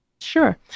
Sure